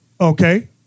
Okay